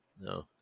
no